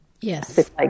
Yes